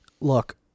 look